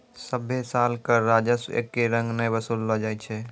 सभ्भे साल कर राजस्व एक्के रंग नै वसूललो जाय छै